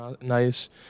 nice